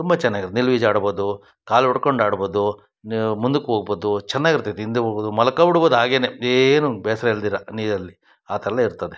ತುಂಬ ಚೆನ್ನಾಗಿರತ್ತೆ ನಿಲ್ವು ಈಜಾಡ್ಬೋದು ಕಾಲು ಹೊಡ್ಕೊಂಡು ಆಡ್ಬೋದು ಮುಂದುಕ್ಕೆ ಹೋಗ್ಬೋದು ಚೆನ್ನಾಗಿರ್ತೈತೆ ಹಿಂದೆ ಹೋಗೋದು ಮಲ್ಕಬಿಡ್ಬೋದು ಹಾಗೇನೇ ಏನೂ ಬೇಸರ ಇಲ್ದಿರ ನೀರಲ್ಲಿ ಆ ಥರಯೆಲ್ಲ ಇರ್ತದೆ